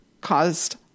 caused